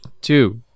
two